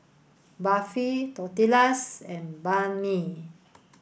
Barfi Tortillas and Banh Mi